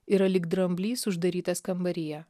yra lyg dramblys uždarytas kambaryje